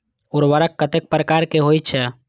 उर्वरक कतेक प्रकार के होई छै?